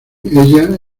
ella